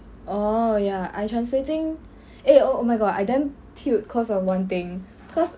oh ya I translating eh oh oh my god I damn tilt cause of one thing cause